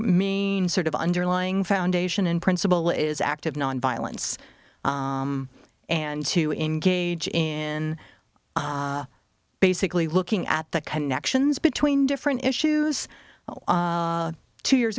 main sort of underlying foundation in principle is active nonviolence and to engage in basically looking at the connections between different issues two years